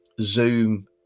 Zoom